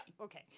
okay